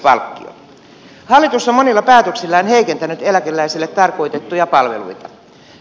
hallitus on monilla päätöksillään heikentänyt eläkeläisille tarkoitettuja palveluita